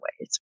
ways